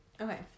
okay